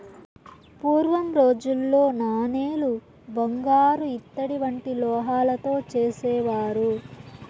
పూర్వం రోజుల్లో నాణేలు బంగారు ఇత్తడి వంటి లోహాలతో చేసేవారు